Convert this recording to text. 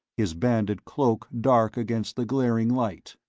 his banded cloak dark against the glaring light.